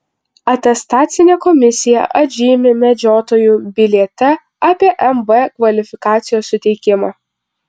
atestacinė komisija atžymi medžiotojų biliete apie mv kvalifikacijos suteikimą